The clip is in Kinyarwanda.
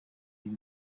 uyu